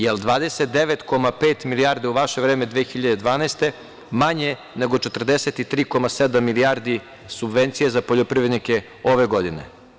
Jel 29,5 milijardi u vaše vreme 2012. manje nego 43,7 milijardi subvencija za poljoprivrednike ove godine?